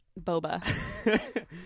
boba